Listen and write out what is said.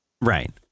right